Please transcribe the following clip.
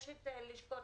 יש את לשכות